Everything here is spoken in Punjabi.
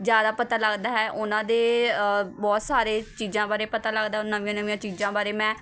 ਜ਼ਿਆਦਾ ਪਤਾ ਲੱਗਦਾ ਹੈ ਅਤੇ ਉਹਨਾਂ ਦੇ ਬਹੁਤ ਸਾਰੇ ਚੀਜ਼ਾਂ ਬਾਰੇ ਪਤਾ ਲੱਗਦਾ ਨਵੀਆਂ ਨਵੀਆਂ ਚੀਜ਼ਾਂ ਬਾਰੇ ਮੈਂ